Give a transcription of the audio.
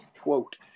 quote